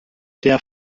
der